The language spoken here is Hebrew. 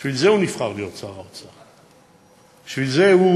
בשביל זה הוא